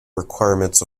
requirements